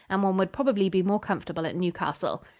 and one would probably be more comfortable at newcastle.